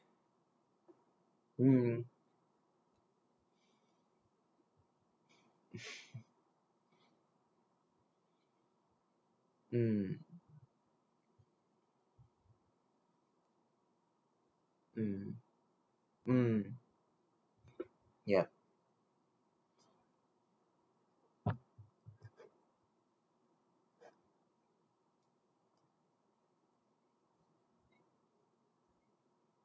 mm mm mm mm ya